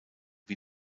wie